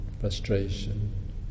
frustration